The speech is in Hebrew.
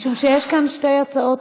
ועדת ביקורת.